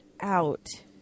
out